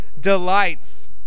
delights